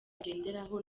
igenderaho